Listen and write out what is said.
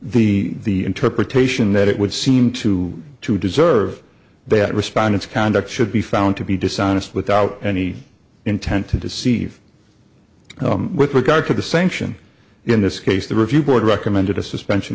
given the interpretation that it would seem to to deserve that respond its conduct should be found to be dishonest without any intent to deceive with regard to the sanction in this case the review board recommended a suspension